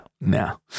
No